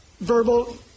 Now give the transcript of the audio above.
verbal